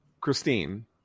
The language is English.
Christine